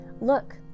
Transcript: Look